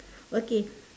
okay